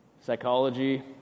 psychology